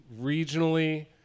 Regionally